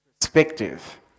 perspective